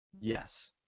Yes